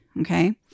Okay